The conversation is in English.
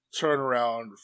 turnaround